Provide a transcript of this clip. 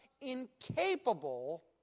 incapable